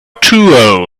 too